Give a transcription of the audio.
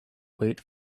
wait